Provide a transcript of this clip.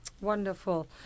Wonderful